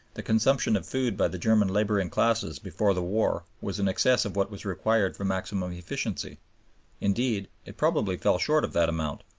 the consumption of food by the german laboring classes before the war was in excess of what was required for maximum efficiency indeed, it probably fell short of that amount.